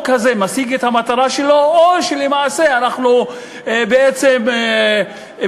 הזה משיג את המטרה שלו או שלמעשה אנחנו בעצם מובילים